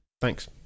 Thanks